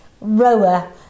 rower